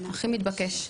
הכי מתבקש.